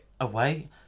away